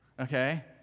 okay